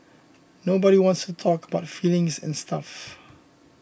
nobody wants to talk about feelings and stuff